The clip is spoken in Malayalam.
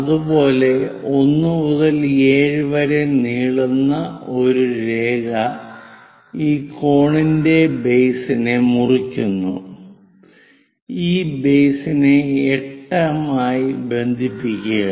അതുപോലെ 1 മുതൽ 7 വരെ നീളുന്ന ഒരു രേഖ ഈ കോണിന്റെ ബേസിനെ മുറിക്കുന്നു ഈ ബേസിനെ 8 മായി ബന്ധിപ്പിക്കുക